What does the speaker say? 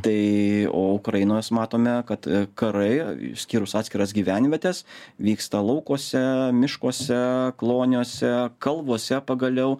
tai o ukrainos matome kad karai išskyrus atskiras gyvenvietes vyksta laukuose miškuose kloniuose kalvose pagaliau